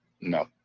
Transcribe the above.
No